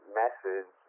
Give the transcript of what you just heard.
message